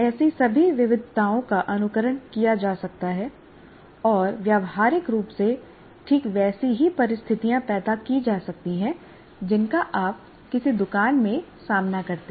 ऐसी सभी विविधताओं का अनुकरण किया जा सकता है और व्यावहारिक रूप से ठीक वैसी ही परिस्थितियाँ पैदा की जा सकती हैं जिनका आप किसी दुकान में सामना करते हैं